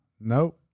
Nope